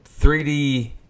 3D